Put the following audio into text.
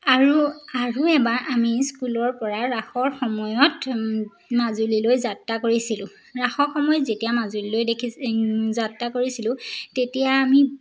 আৰু আৰু এবাৰ আমি স্কুলৰ পৰা ৰাসৰ সময়ত মাজুলীলৈ যাত্ৰা কৰিছিলোঁ ৰাসৰ সময়ত যেতিয়া মাজুলীলৈ দেখি যাত্ৰা কৰিছিলোঁ তেতিয়া আমি